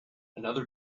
another